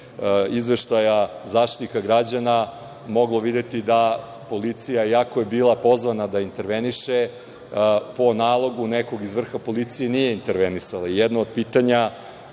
izveštaja Zaštitnika građana moglo videti da policija, iako je bila pozvana da interveniše, po nalogu nekog iz vrha policije nije intervenisala. Jedno od pitanja